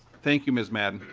thank you mrs. madden.